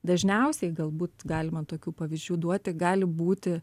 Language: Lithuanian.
dažniausiai galbūt galima tokių pavyzdžių duoti gali būti